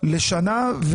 לשנה.